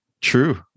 true